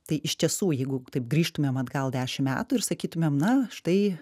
tai iš tiesų jeigu taip grįžtumėm atgal dešim metų ir sakytumėm na štai